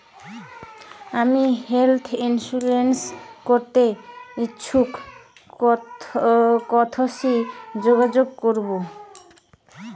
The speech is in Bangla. আমি হেলথ ইন্সুরেন্স করতে ইচ্ছুক কথসি যোগাযোগ করবো?